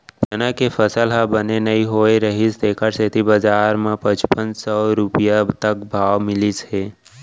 चना के फसल ह बने नइ होए रहिस तेखर सेती बजार म पचुपन सव रूपिया तक भाव मिलिस हे